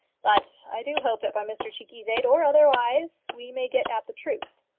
but i do hope that by mr cheekey's aid or otherwise we may get at the truth.